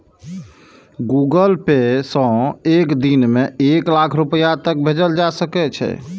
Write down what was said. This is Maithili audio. गूगल पे सं एक दिन मे एक लाख रुपैया तक भेजल जा सकै छै